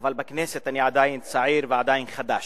אבל בכנסת אני עדיין צעיר ועדיין חדש.